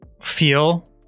feel